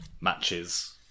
matches